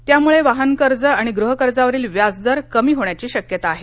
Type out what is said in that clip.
त्यामुळेवाहनकर्ज आणि गृहकर्जावरील व्याज दर कमी होण्याची शक्यता आहे